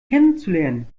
kennenzulernen